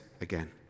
again